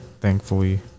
thankfully